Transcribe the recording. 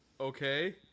Okay